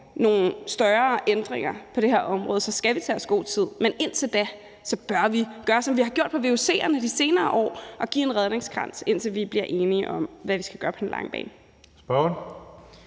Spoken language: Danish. nogle større ændringer på det her område, skal vi tage os god tid. Men indtil da bør vi gøre, som vi har gjort på vuc de senere år, altså give en redningskrans, indtil vi bliver enige om, hvad vi skal gøre på den lange bane. Kl.